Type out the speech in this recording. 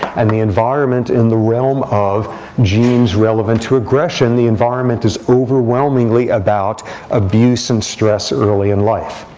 and the environment in the realm of genes relevant to aggression, the environment is overwhelmingly about abuse and stress early in life.